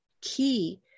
key